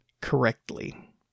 correctly